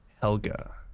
Helga